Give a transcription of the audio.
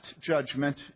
judgment